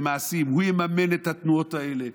במעשים: הוא יממן את התנועות האלה,